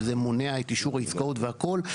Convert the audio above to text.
וזה מונע את אישור העסקאות והכל,